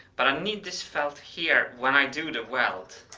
but i need this felt here when i do the weld,